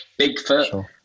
bigfoot